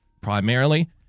primarily